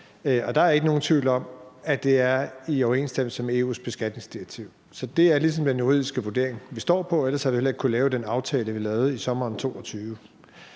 Der er ikke nogen tvivl om, at det er i overensstemmelse med EU's beskatningsdirektiv. Det er ligesom den juridiske vurdering, vi står på. Ellers havde vi heller ikke kunnet lave den aftale, vi lavede i sommeren 2022.